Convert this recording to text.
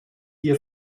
ihr